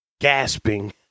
gasping